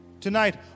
Tonight